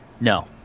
no